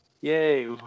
Yay